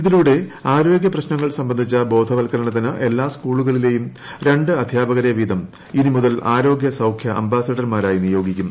ഇതിലൂടെ ആരോഗ്യ പ്രശ്നങ്ങൾ സംബന്ധിച്ചു ബോധവത്കരുണ്ടുത്തീന് എല്ലാ സ്കൂളുകളിലേയും രണ്ട് അധ്യാപകർഫ്പീത്ം ഇനി മുതൽ ആരോഗ്യ സൌഖ്യ അംബാസിഡർമാരായി നിർയ്കാഗിക്കും